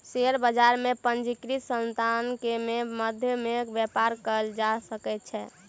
share बजार में पंजीकृत संतान के मध्य में व्यापार कयल जा सकै छै